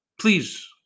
Please